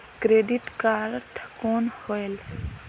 Credit card कौन होएल?